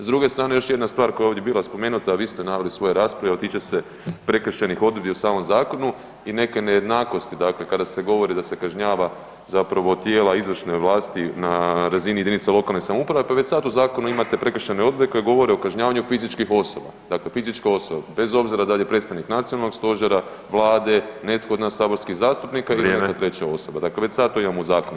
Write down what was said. S druge strane još jedna stvar koje je ovdje bila spomenuta, a vi ste je naveli u svojoj raspravi, a tiče se prekršenih odredbi u samom zakonu i neke nejednakosti kada se govori da se kažnjava tijela izvršne vlasti na razini jedinica lokalne samouprave, pa već sad u zakonu imate prekršajne odredbe koje govore o kažnjavanju fizičkih osoba, dakle fizička osoba, bez obzira da li je predstavnik nacionalnog stožera, Vlade, netko od nas saborskih zastupnika ili neke treće osobe dakle već sad to imamo u zakonu